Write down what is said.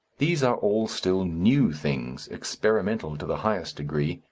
these are all still new things, experimental to the highest degree,